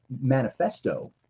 Manifesto